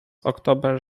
october